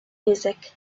music